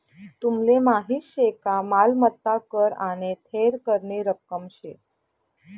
तुमले माहीत शे का मालमत्ता कर आने थेर करनी रक्कम शे